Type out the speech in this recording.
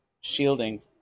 shielding